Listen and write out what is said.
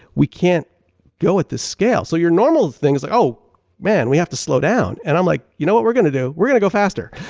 we can't go at this scale. so your normal thing is like, oh man we have to slow down, and i'm like you know what we're going to do, we're going to go faster.